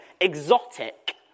exotic